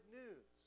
news